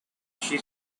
she